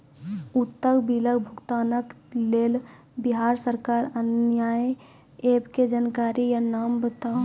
उक्त बिलक भुगतानक लेल बिहार सरकारक आअन्य एप के जानकारी या नाम बताऊ?